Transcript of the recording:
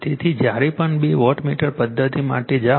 તેથી જ્યારે પણ બે વોટમીટર પદ્ધતિ માટે જાઓ